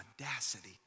audacity